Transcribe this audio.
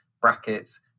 brackets